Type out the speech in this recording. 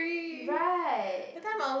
right